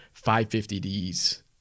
550Ds